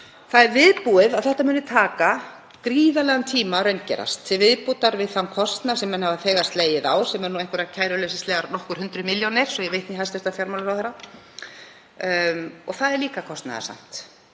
Það er viðbúið að þetta muni taka gríðarlegan tíma að raungerast til viðbótar við þann kostnað sem menn hafa þegar slegið á, sem eru einhverjar kæruleysislegar nokkur hundruð milljóna, svo ég vitni í hæstv. fjármálaráðherra, og það er líka kostnaðarsamt.